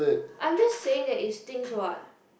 I'm just saying that it stinks what